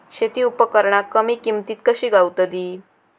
शेती उपकरणा कमी किमतीत कशी गावतली?